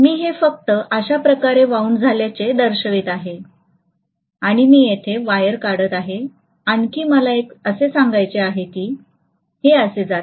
मी हे फक्त अशा प्रकारे वाऊण्ड झाल्याचे दर्शवित आहे आणि मी येथे वायर काढत आहे आणखी एक मला असे सांगायचे आहे कि हे असे जाते